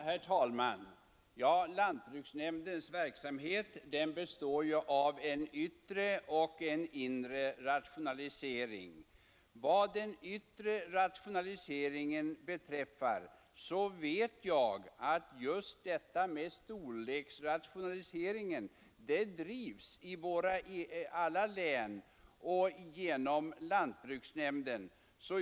Herr talman! Lantbruksnämndens verksamhet består ju av en yttre och en inre rationalisering. Vad den yttre rationaliseringen beträffar vet jag att storleksrationaliseringen drivs i alla län genom lantbruksnämnden.